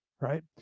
Right